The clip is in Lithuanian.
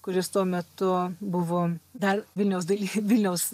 kuris tuo metu buvo dar vilniaus daily vilniaus